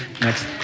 next